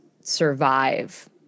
survive